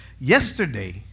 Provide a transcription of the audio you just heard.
Yesterday